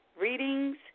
readings